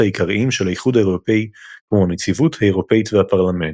העיקריים של האיחוד האירופי כמו הנציבות האירופית והפרלמנט.